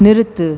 நிறுத்து